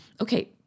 Okay